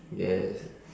yes